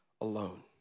alone